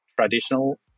traditional